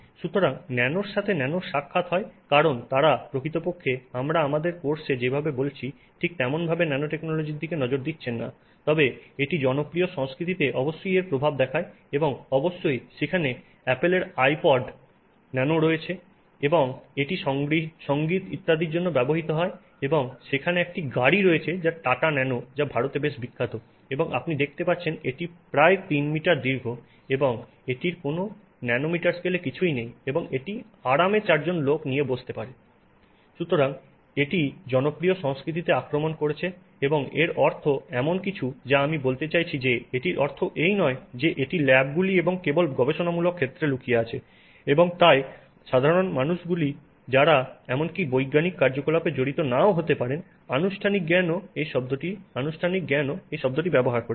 সুতরাং ন্যানোর সাথে ন্যানোর সাক্ষাৎ হয় কারণ তারা প্রকৃতপক্ষে আমরা আমাদের কোর্সে যেভাবে বলছি ঠিক তেমনভাবে ন্যানোটেকনোলজির দিকে নজর দিচ্ছেন না তবে এটি জনপ্রিয় সংস্কৃতিতে অবশ্যই এর প্রভাব দেখায় এবং অবশ্যই সেখানে অ্যাপলের আইপড ন্যানো রয়েছে এবং এটি সংগীত ইত্যাদির জন্য ব্যবহৃত হয় এবং সেখানে একটি গাড়ি রয়েছে যা টাটা ন্যানো যা ভারতে বেশ বিখ্যাত এবং আপনি দেখতে পাচ্ছেন এটি 3 মিটার দীর্ঘ এবং এটির কোনও ন্যানোমিটার স্কেলে কিছুই নেই এবং এটি আরামে চারজন লোক বসতে পারে সুতরাং এটি জনপ্রিয় সংস্কৃতিতে আক্রমণ করেছে এবং এর অর্থ এমন কিছু যা আমি বলতে চাইছি যে এটির অর্থ এই নয় যে এটি ল্যাবগুলি এবং কেবল গবেষণামূলক ক্ষেত্রে লুকিয়ে আছে এবং তাই সাধারণ মানুষ যারা এমনকি বৈজ্ঞানিক কার্যকলাপে জড়িত নাও হতে পারে আনুষ্ঠানিক জ্ঞানও এই শব্দটি ব্যবহার করছে